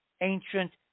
ancient